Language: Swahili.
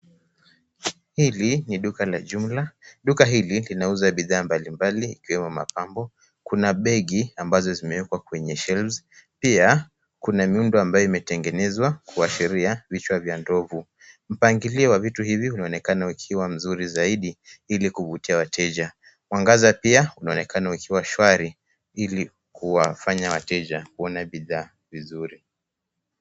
Hili ni duka la jumla. Duka hili linauza bidhaa mbalimbali ikiwemo mapambo. Kuna begi ambazo zimeekwa kwenye shelves . Pia kuna miundo ambayo imetengenezwa kuashiria vichwa vya ndovu. Mpangilio wa vitu hivi unaonekana ukiwa mzuri zaidi ili kuvutia wateja. Mwangaza pia unaonekana ukiwa shwari ili kuwafanya wateja kuona bidhaa vizuri.